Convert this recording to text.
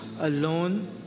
alone